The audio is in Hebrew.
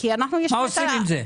מה עושים עם זה?